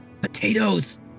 Potatoes